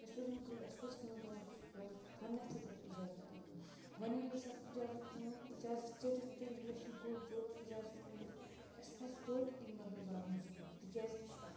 اسہِ پزِ وۄنۍ اَسہِ پَزِ کٲم کَرٕنۍ اَسہِ پَزِ گۄڈٕنیتھٕے تَتھ اِجازت اَنُن وۄنۍ ییٚلہِ اَسہِ اَتھ اِجازتھ اوٚن اِجازت ژَٹِتھ تہٕ ییٚلہِ اَسہِ یہِ کُل ژوٚٹ اِجازتھ أنِتھ اَسہِ پَزِ تویتہِ امہِ بدلہٕ لاگٔنۍ زٕ کُلۍ تِکیازِ کہِ یہِ چھُ اَہم